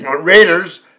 Raiders